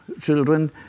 children